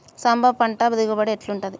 సాంబ పంట దిగుబడి ఎట్లుంటది?